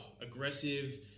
aggressive